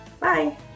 Bye